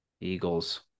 Eagles